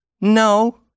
No